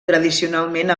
tradicionalment